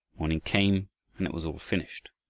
morning came and it was all finished.